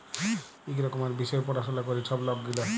ইক রকমের বিষয় পাড়াশলা ক্যরে ছব লক গিলা